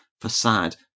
facade